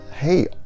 hey